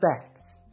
facts